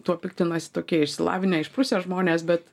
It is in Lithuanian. tuo piktinasi tokie išsilavinę išprusę žmonės bet